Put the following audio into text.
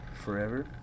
Forever